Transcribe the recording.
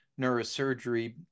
neurosurgery